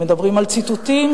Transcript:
אם מדברים על ציטוטים,